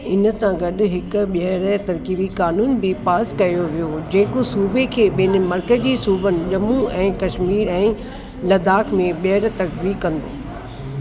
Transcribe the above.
इन सां गॾु हिक ॿीहर तरकीबी क़ानून बि पास कयो वियो जेको सूबे खे ॿिनि मर्कज़ी सूबनि जम्मू ऐं कश्मीर ऐं लद्दाख में ॿीहर तरकीब कंदो